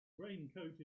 raincoat